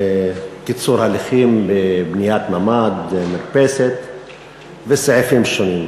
קיצור הליכים בבניית ממ"ד ומרפסת וסעיפים שונים.